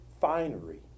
finery